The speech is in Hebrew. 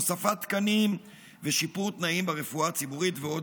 הוספת תקנים ושיפור תנאים ברפואה הציבורית" ועוד ועוד.